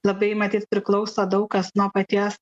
labai matyt priklauso daug kas nuo paties